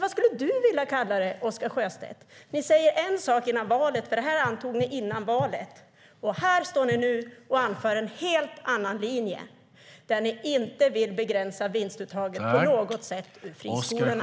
Vad skulle du vilja kalla det för, Oscar Sjöstedt? Ni säger en sak före valet. Det här antog ni före valet. Och här står ni nu och anför en helt annan linje och vill inte begränsa vinstuttaget ur friskolorna på något sätt.